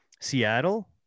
Seattle